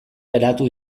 geratu